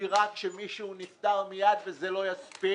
הדירה מיד כשמישהו נפטר והזמן לא יספיק